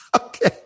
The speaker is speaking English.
okay